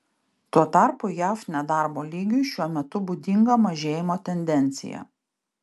tuo tarpu jav nedarbo lygiui šiuo metu būdinga mažėjimo tendencija